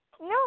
No